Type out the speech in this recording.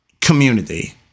community